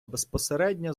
безпосередньо